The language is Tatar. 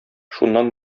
шуннан